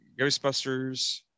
ghostbusters